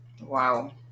Wow